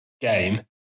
game